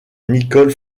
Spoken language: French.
nicole